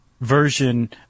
version